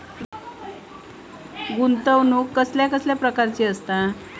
गुंतवणूक कसल्या कसल्या प्रकाराची असता?